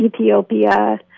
Ethiopia